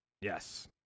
Yes